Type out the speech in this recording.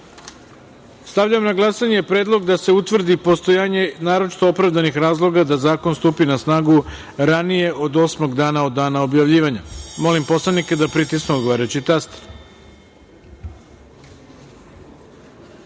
načelu. Stavljam na glasanje Predlog da se utvrdi postojanje, naročito opravdanih razloga da zakon stupi na snagu ranije od osmog dana od dana objavljivanja. Molim poslanike da pritisnu odgovarajući